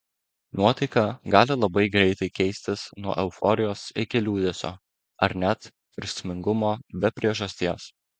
nuotaika gali labai greitai keistis nuo euforijos iki liūdesio ar net verksmingumo be priežasties